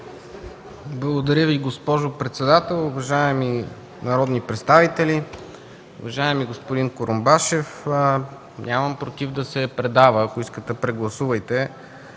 Благодаря Ви, госпожо председател. Уважаеми народни представители! Уважаеми господин Курумбашев, нямам против да се предава, ако искате, прегласувайте.